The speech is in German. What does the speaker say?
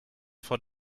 von